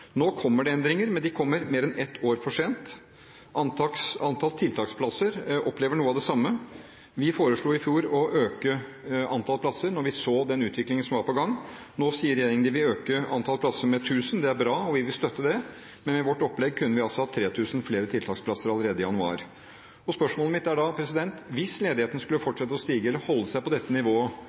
Nå kommer det endringer, men de kommer mer enn ett år for sent. Antall tiltaksplasser er noe av det samme: Vi foreslo i fjor å øke antall plasser, når vi så den utviklingen som var på gang. Nå sier regjeringen at de vil øke antall plasser med 1 000. Det er bra, og vi vil støtte det, men med vårt opplegg kunne vi altså hatt 3 000 flere tiltaksplasser allerede i januar. Spørsmålet mitt er da: Hvis ledigheten skulle fortsette å stige, eller holde seg på dette nivået: